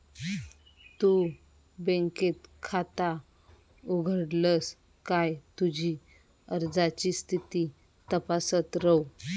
तु बँकेत खाता उघडलस काय तुझी अर्जाची स्थिती तपासत रव